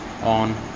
on